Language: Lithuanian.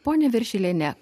ponia viršiliene